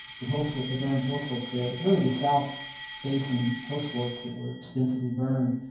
the hill slope, the burned hill slopes there, it was really the south facing hill slopes that were extensively burned.